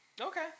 Okay